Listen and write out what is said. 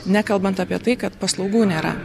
nekalbant apie tai kad paslaugų nėra